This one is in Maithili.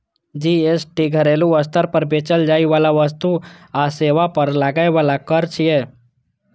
जी.एस.टी घरेलू स्तर पर बेचल जाइ बला वस्तु आ सेवा पर लागै बला कर छियै